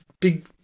big